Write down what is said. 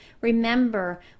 remember